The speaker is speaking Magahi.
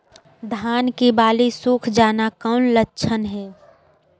धान की बाली सुख जाना कौन लक्षण हैं?